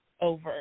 over